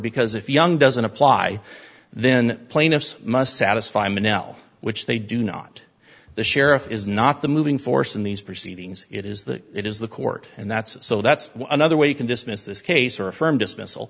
because if young doesn't apply then plaintiffs must satisfy menow which they do not the sheriff is not the moving force in these proceedings it is the it is the court and that's so that's another way you can dismiss this case or affirm dismiss